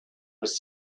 was